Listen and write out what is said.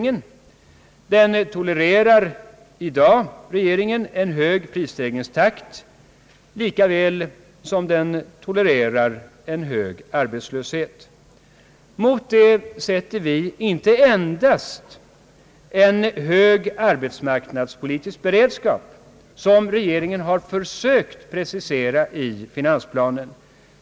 Regeringen tolererar i dag en hög prisstegringstakt lika väl som den tolererar en hög arbetslöshet. Mot detta sätter högerpartiet inte endast en hög arbetsmarknadspolitisk beredskap, som regeringen har försökt precisera i finansplanen.